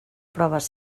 proves